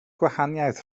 gwahaniaeth